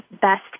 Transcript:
best